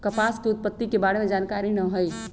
कपास के उत्पत्ति के बारे में जानकारी न हइ